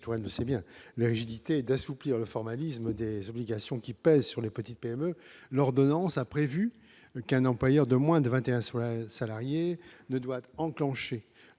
c'est bien les rigidités d'assouplir le formalisme des obligations qui pèsent sur les petites PME l'ordonnance a prévu qu'un employeur de moins de 21 soit salarié ne doit d'enclencher